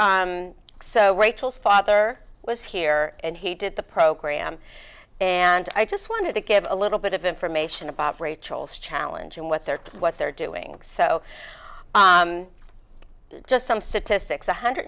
yeah so rachel's father was here and he did the program and i just wanted to give a little bit of information about rachel's challenge and what they're what they're doing so just some statistics one hundred